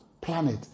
planet